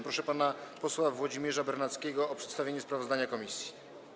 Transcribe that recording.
Proszę pana posła Włodzimierza Bernackiego o przedstawienie sprawozdania komisji.